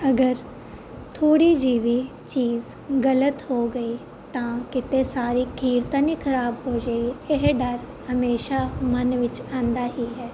ਅਗਰ ਥੋੜ੍ਹੀ ਜਿਹੀ ਵੀ ਚੀਜ਼ ਗਲਤ ਹੋ ਗਈ ਤਾਂ ਕਿਤੇ ਸਾਰੀ ਖੀਰ ਤਾਂ ਨਹੀਂ ਖਰਾਬ ਹੋ ਜਾਏਗੀ ਇਹ ਡਰ ਹਮੇਸ਼ਾ ਮਨ ਵਿੱਚ ਆਉਂਦਾ ਹੀ ਹੈ